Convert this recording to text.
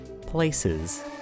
Places